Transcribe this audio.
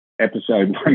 Episode